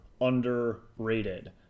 underrated